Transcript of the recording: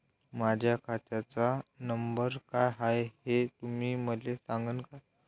माह्या खात्याचा नंबर काय हाय हे तुम्ही मले सागांन का?